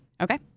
Okay